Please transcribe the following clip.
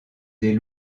des